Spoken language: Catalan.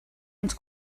ens